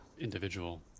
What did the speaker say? individual